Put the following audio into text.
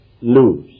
lose